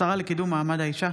השרה לקידום מעמד האישה.